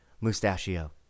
Mustachio